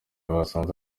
basanze